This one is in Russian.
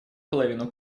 половину